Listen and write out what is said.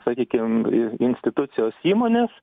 sakykim institucijos įmonės